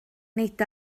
nid